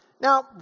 Now